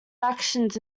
factions